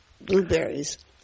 blueberries